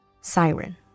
Siren